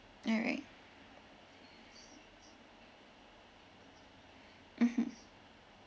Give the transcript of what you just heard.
alright mmhmm